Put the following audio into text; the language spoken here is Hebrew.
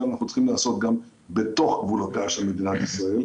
אנחנו צריכים לעשות גם בתוך גבולותיה של מדינת ישראל.